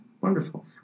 Wonderful